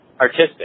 artistic